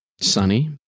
Sunny